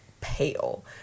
pale